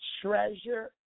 treasure